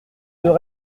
deux